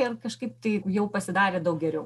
ir kažkaip tai jau pasidarė daug geriau